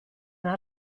una